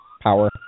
power